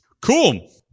Cool